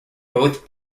both